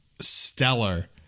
stellar